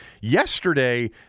Yesterday